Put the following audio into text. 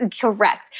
Correct